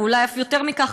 ואולי אף יותר מכך,